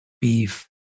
beef